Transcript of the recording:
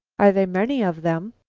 are there many of them?